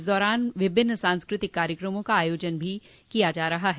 इस दौरान विभिन्न सांस्कृतिक कार्यक्रमों का आयोजन भी किया जा रहा है